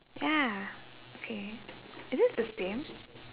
ya okay is this the same